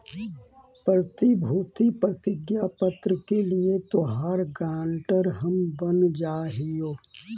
प्रतिभूति प्रतिज्ञा पत्र के लिए तोहार गारंटर हम बन जा हियो